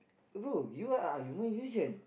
bro you are you musician